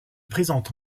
présente